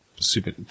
Super